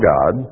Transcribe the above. God